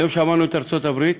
היום שמענו את ארצות הברית,